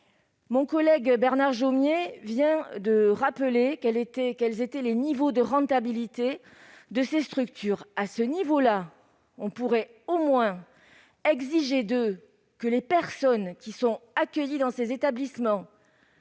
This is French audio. eux-mêmes ! Bernard Jomier vient de rappeler le taux de rentabilité de ces structures : à ce niveau-là, on pourrait au moins exiger que les personnes qui sont accueillies dans ces établissements